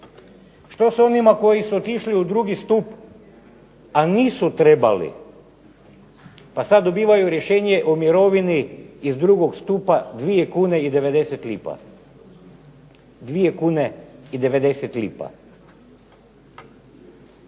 Što s onima koji su otišli u drug stup, a nisu trebali, pa sad dobivaju rješenje o mirovini iz drugog stupa 2 kune i 90 lipa? 2 kune i 90 lipa.